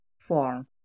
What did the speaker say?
Four